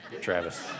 Travis